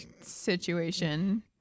situation